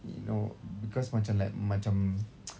you know because macam like macam